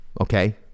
okay